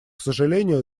сожалению